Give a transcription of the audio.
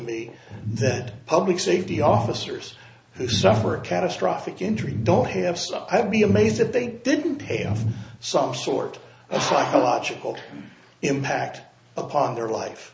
me that public safety officers who suffer a catastrophic injury don't have stuff i would be amazed that they didn't pay off some sort of psychological impact upon their life